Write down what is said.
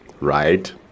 right